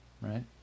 Right